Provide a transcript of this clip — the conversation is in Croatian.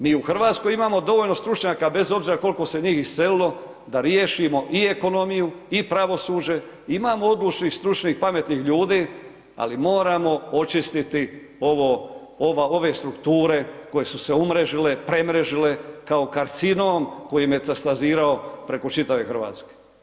Mi u Hrvatskoj imamo dovoljno stručnjaka bez obzira koliko se njih iselilo da riješimo i ekonomiju i pravosuđe, imamo odličnih, stručnih, pametnih ljudi ali moramo očistiti ove strukture koje su se umrežile, premrežile kao karcinom koji je metastazirao preko čitave Hrvatske.